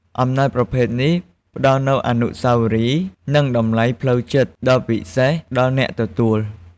អំណោយប្រភេទនេះ ផ្ដល់នូវអនុស្សាវរីយ៍ និងតម្លៃផ្លូវចិត្តដ៏ពិសេសដល់អ្នកទទួល។